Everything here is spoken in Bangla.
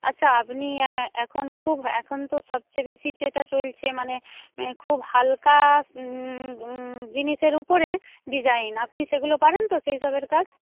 আচ্ছা আপনি এখন খুব এখন তো সবচেয়ে বেশি যেটা চলছে মানে খুব হালকা জিনিসের উপরে ডিজাইন আপনি সেগুলো পারেন তো সেই সবের কাজ